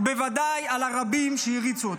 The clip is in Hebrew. ובוודאי על הרבים שהעריצו אותו.